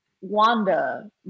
Wanda